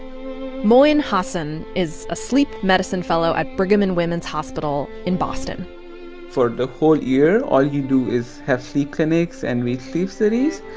moin hassan is a sleep medicine fellow at brigham and women's hospital in boston for the whole year, all you do is have sleep clinics and read sleep studies.